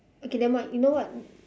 okay never mind you know what